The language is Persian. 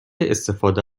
استفاده